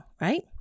right